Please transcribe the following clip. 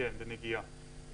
כן, בנגיעה.